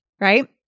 right